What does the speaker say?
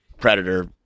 predator